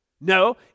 No